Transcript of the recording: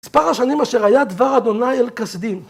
ספר השנים אשר היה דבר אדוני אל קסדין.